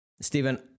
Steven